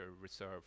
reserve